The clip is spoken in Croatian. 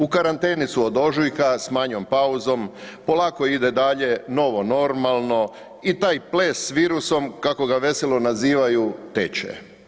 U karanteni su od ožujka s manjom pauzom, polako ide dalje novo normalno i taj ples s virusom kako ga veselo nazivaju, teče.